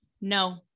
No